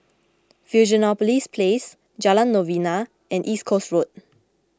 Fusionopolis Place Jalan Novena and East Coast Road